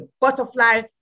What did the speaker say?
butterfly